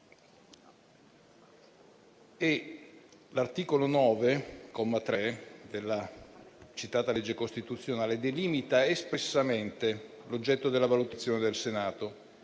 L'articolo 9, comma 3, della citata legge costituzionale delimita espressamente l'oggetto della valutazione del Senato,